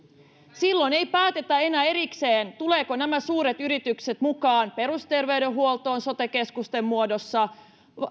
silloin ei päätetä enää erikseen tulevatko suuret yritykset mukaan perusterveydenhuoltoon sote keskusten muodossa